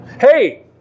Hey